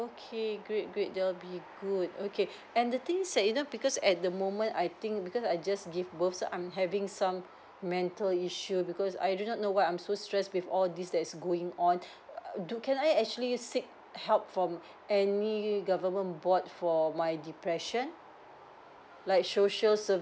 okay great great that would be good okay and the thing is that you know because at the moment I think because I just give both so I'm having some mental issue because I do not know why I'm so stress with all these that's going on do can I actually seek help from any government board for my depression like social service